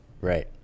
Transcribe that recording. Right